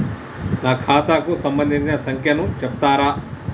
నా ఖాతా కు సంబంధించిన సంఖ్య ను చెప్తరా?